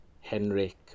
Henrik